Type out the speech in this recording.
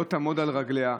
לא תעמוד על רגליה,